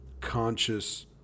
conscious